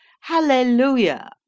Hallelujah